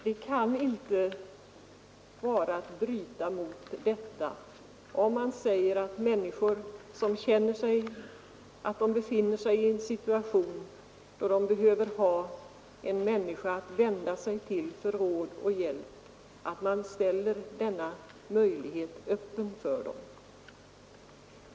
Det kan inte vara att bryta mot den helhetssynen, om man säger att om människor känner att de befinner sig i en situation där de behöver någon att vända sig till för råd och hjälp, så skall vi ställa sådana möjligheter öppna för dem.